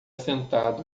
sentado